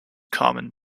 common